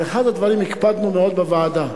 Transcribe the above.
על אחד הדברים הקפדנו מאוד בוועדה,